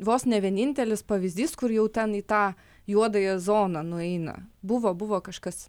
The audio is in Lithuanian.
vos ne vienintelis pavyzdys kur jau ten į tą juodąją zoną nueina buvo buvo kažkas